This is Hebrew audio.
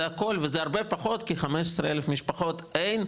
זה הכל וזה הרבה פחות כי 15,000 משפחות אין,